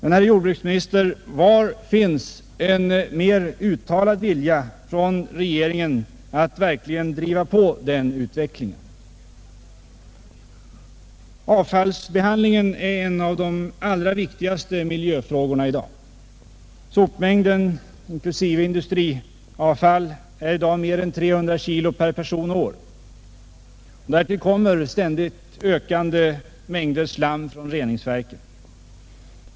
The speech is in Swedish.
Men, herr jordbruksminister, var finns en mer uttalad vilja hos regeringen att verkligen driva på den utvecklingen? Avfallsbehandlingen är en av de allra viktigaste miljöfrågorna i dag. Sopmängden inklusive industriavfall är nu mer än 300 kg per person och år. Därtill kommer ständigt ökande mängder slam från reningsverken.